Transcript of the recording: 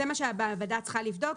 זה מה שהמעבדה צריכה לבדוק,